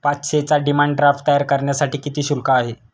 पाचशेचा demand draft तयार करण्यासाठी किती शुल्क आहे?